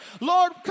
Lord